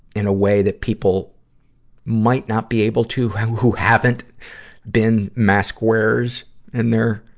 in a way that people might not be able to who haven't been mask wearers in their,